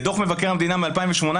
ודוח מבקר המדינה מ-2018,